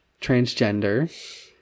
transgender